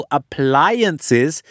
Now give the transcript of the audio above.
appliances